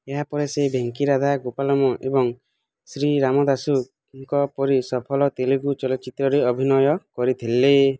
ଏହା ପରେ ସେ ଭେଙ୍କି ରାଧା ଗୋପାଳମ୍ ଏବଂ ଶ୍ରୀ ରାମଦାସୁଙ୍କ ପରି ସଫଳ ତେଲୁଗୁ ଚଲଚ୍ଚିତ୍ରରେ ଅଭିନୟ କରିଥିଲେ